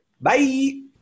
Bye